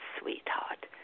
sweetheart